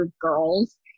girls